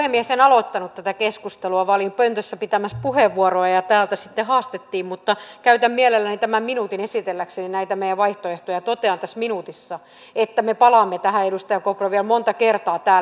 en aloittanut tätä keskustelua vaan olin pöntössä pitämässä puheenvuoroa ja täältä sitten haastettiin mutta käytän mielelläni tämän minuutin esitelläkseni näitä meidän vaihtoehtojamme ja totean tässä minuutissa että me palaamme tähän edustaja kopra vielä monta kertaa täällä